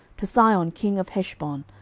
to sihon king of heshbon,